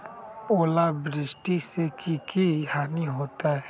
ओलावृष्टि से की की हानि होतै?